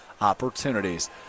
opportunities